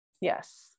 Yes